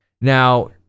Now